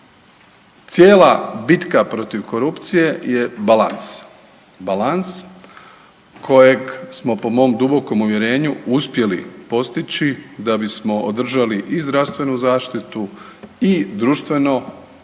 Cijela bitka protiv korupcije je balans, balans kojeg smo po mom dubokom uvjerenju uspjeli postići da bismo održali i zdravstvenu zaštitu i društvene